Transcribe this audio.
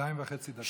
שתיים וחצי דקות.